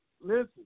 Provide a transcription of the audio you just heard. Listen